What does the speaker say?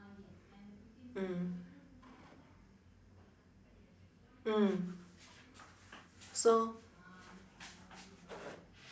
mm mm so